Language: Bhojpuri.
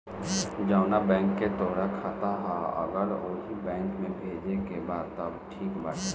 जवना बैंक के तोहार खाता ह अगर ओही बैंक में भेजे के बा तब त ठीक बाटे